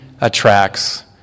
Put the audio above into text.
attracts